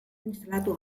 instalatu